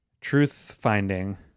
truth-finding